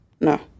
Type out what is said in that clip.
no